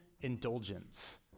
indulgence